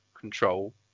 control